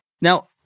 Now